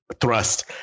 thrust